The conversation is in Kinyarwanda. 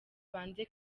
banze